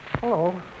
Hello